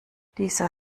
dieser